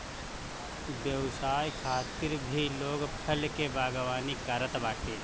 व्यवसाय खातिर भी लोग फल के बागवानी करत बाटे